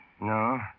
No